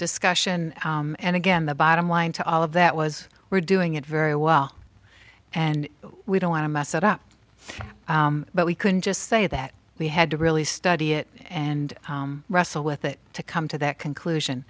discussion and again the bottom line to all of that was we're doing it very well and we don't want to mess it up but we can just say that we had to really study it and wrestle with it to come to that conclusion